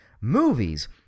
Movies